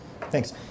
Thanks